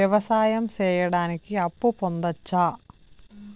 వ్యవసాయం సేయడానికి అప్పు పొందొచ్చా?